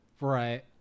Right